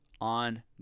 on